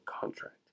contract